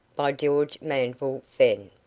by george manville fenn.